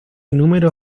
número